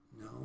no